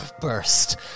burst